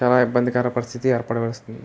చాలా ఇబ్బందికర పరిస్థితి ఏర్పడవస్తుంది